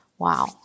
Wow